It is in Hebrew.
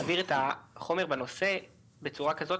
להעביר את החומר בנושא בצורה כזאת